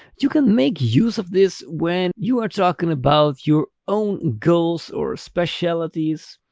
you can make use of this when you are talking about your own goals or specialties,